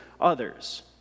others